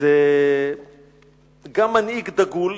זה גם מנהיג דגול,